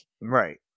right